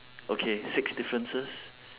okay six differences